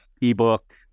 ebook